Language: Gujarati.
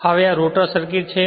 હવે આ રોટર સર્કિટ છે